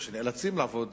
או שנאלצים לעבוד